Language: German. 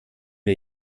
wir